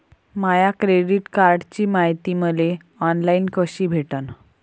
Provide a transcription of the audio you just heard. माया credit कार्डची मायती मले ऑनलाईन कसी भेटन?